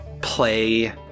play